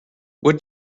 what